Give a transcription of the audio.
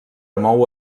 mou